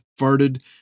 farted